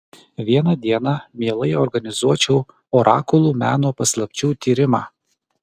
vieną dieną mielai organizuočiau orakulų meno paslapčių tyrimą